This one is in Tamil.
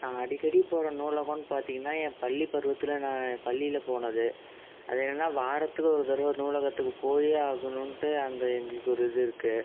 நான் அடிக்கடி போகிற நூலகம்னு பார்த்திங்கனா என் பள்ளிப் பருவத்தில் நான் பள்ளியில் போனது அது என்னென்னா வாரத்துக்கு ஒரு தரவை நூலகத்துக்குப் போயே ஆகணுன்ட்டு அங்கே எங்களுக்கு ஒரு இது இருக்குது